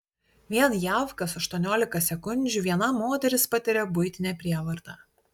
vien jav kas aštuoniolika sekundžių viena moteris patiria buitinę prievartą